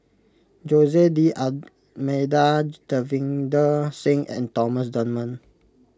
Jose D'Almeida Davinder Singh and Thomas Dunman